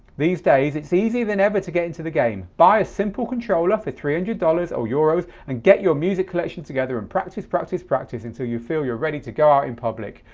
these days it's easier than ever to get into the game. buy a simple controller for three hundred dollars dollars or euros and get your music collection together and practise practise practise until you feel you're ready to go out in public.